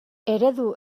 eredu